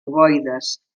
ovoides